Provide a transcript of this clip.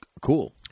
Cool